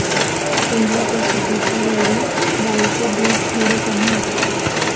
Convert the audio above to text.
पहिल्या प्रसूतिच्या वेळी गायींचे दूध थोडे कमी असते